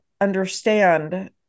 understand